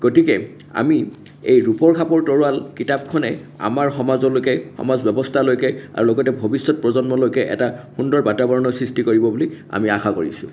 গতিকে আমি এই ৰূপৰ খাপৰ তৰোৱাল কিতাপখনে আমাৰ সমাজলৈকে সমাজ ব্য়ৱস্থালৈকে আৰু লগতে ভবিষ্য়ত প্ৰজন্মলৈকে এটা সুন্দৰ বাতাবৰণৰ সৃষ্টি কৰিব বুলি আমি আশা কৰিছোঁ